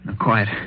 quiet